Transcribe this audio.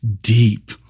deep